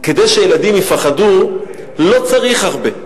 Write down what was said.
כדי שילדים יפחדו לא צריך הרבה.